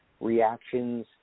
reactions